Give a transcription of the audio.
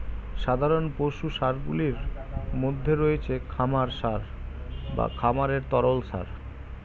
সাধারণ পশু সারগুলির মধ্যে রয়েছে খামার সার বা খামারের তরল সার